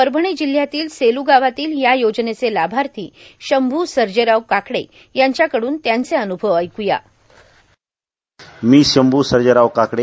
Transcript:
परभणी जिल्हयातील सेलू गावातील या योजनेचे लाभार्था शंभू सजराव काकडे यांच्याकडून त्यांचं अनुभव कथन ऐकू या बाईट मी शंभू सजराव काकडे